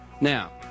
Now